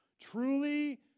Truly